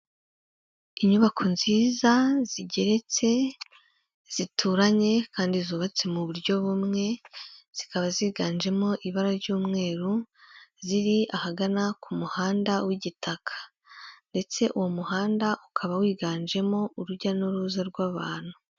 Inyubako nziza zigeretse, zituranye kandi zubatse mu buryo bumwe, zikaba ziganjemo ibara ry'umweru, ziri ahagana ku muhanda w'igitaka ndetse uwo muhanda ukaba wiganjemo urujya n'uruza rw'abantu.